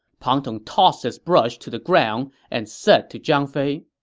pang tong tossed his brush to the ground and said to zhang fei,